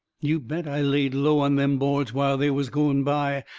you bet i laid low on them boards while they was going by,